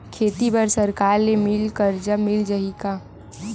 खेती बर सरकार ले मिल कर्जा मिल जाहि का?